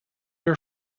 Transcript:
your